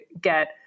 get